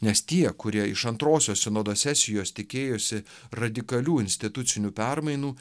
nes tie kurie iš antrosios sinodo sesijos tikėjosi radikalių institucinių permainų